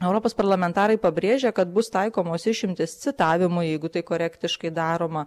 europos parlamentarai pabrėžia kad bus taikomos išimtys citavimui jeigu tai korektiškai daroma